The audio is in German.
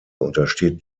untersteht